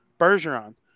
Bergeron